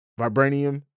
vibranium